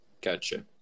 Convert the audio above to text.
Gotcha